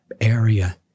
area